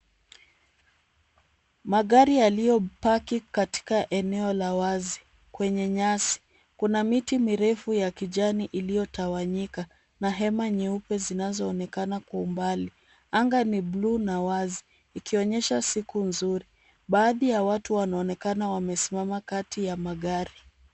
Magari yaliyopaki katika eneo la wazi kwenye nyasi. Kuna miti mirefu ya kijani iliyotawanyika na hema nyeupe zinazoonekana kwa umbali. Anga ni buluu na wazi ikionyesha siku nzuri. Baadhi ya watu wanaonekana wamesimama kati ya magari.